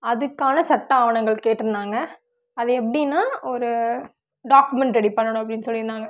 அதுக்கான சட்ட ஆவணங்கள் கேட்டிருந்தாங்க அது எப்படினா ஒரு டாக்குமெண்ட் ரெடி பண்ணணும் அப்படின்னு சொல்லியிருந்தாங்க